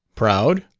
proud?